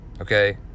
okay